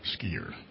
skier